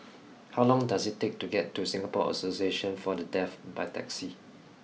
how long does it take to get to Singapore Association For The Deaf by taxi